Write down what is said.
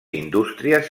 indústries